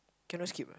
cannot skip ah